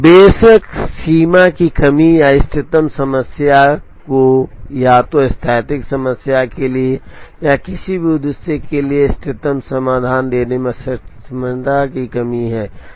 बेशक सीमा की कमी या इष्टतम समस्या को या तो स्थैतिक समस्या के लिए या किसी भी उद्देश्य के लिए इष्टतम समाधान देने में असमर्थता की कमी है